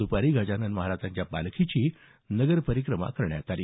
दुपारी गजानन महाराजांच्या पालखीची नगर परिक्रमा करण्यात आली